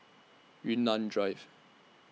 Yunnan Drive